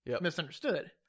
misunderstood